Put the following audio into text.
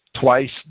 twice